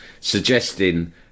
suggesting